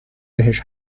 بهش